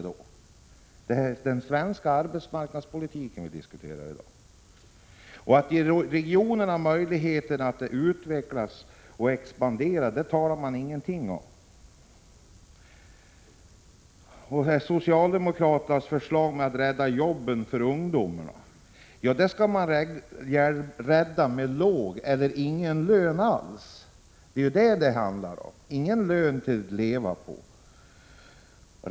I dag diskuterar vi den svenska arbetsmarknadspolitiken. Man söger ingenting om att ge regionerna möjligheter att utvecklas och expandera. Sedan till socialdemokraternas förslag att rädda jobben för ungdomarna. Man menar att lösningen är en låg lön eller ingen lön alls. Det är ju det som det handlar om: ingen lön att leva på.